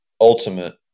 ultimate –